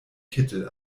kittel